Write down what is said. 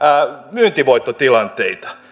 myyntivoittotilanteita